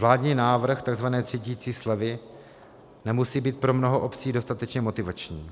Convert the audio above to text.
Vládní návrh tzv. třídicí slevy nemusí být pro mnoho obcí dostatečně motivační.